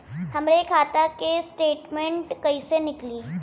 हमरे खाता के स्टेटमेंट कइसे निकली?